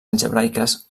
algebraiques